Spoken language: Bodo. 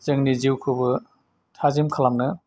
जोंनि जिउखौबो थाजिम खालामनो